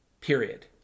Period